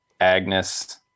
Agnes